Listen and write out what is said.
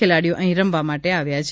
ખેલાડીઓ અહી રમવા માટે આવ્યા છે